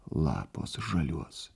lapuos žaliuos